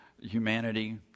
humanity